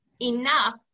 enough